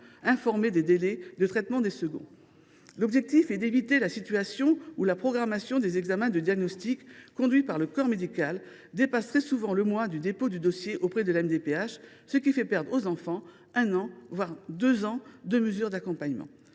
informés des délais de traitement des seconds. L’objectif est d’éviter la situation dans laquelle la programmation des examens de diagnostic conduits par le corps médical dépasse très souvent le délai, d’un mois, de traitement du dossier par la MDPH, ce qui fait perdre aux enfants un an, voire deux ans de mesures d’accompagnement.